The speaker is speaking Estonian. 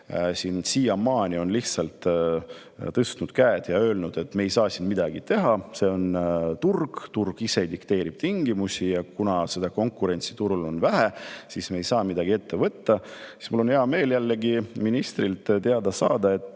on siiamaani lihtsalt tõstnud käed ja öelnud, et me ei saa midagi teha, see on turg, turg ise dikteerib tingimusi ja kuna konkurentsi on turul vähe, siis me ei saa midagi ette võtta. Mul oli hea meel ministrilt teada saada, et